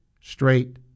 straight